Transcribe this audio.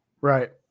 Right